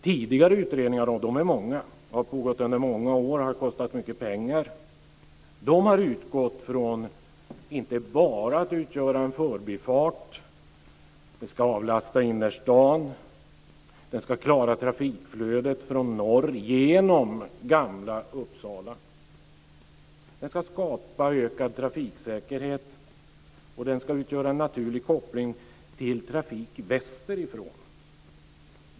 Tidigare utredningar - och de är många, har pågått under många år och har kostat mycket pengar - har inte bara utgått från att den ska utgöra en förbifart. Den ska avlasta innerstan, den ska klara trafikflödet från norr genom Gamla Uppsala, den ska skapa ökad trafiksäkerhet och den ska utgöra en naturlig koppling till trafik västerifrån.